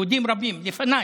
יהודים רבים, לפניי,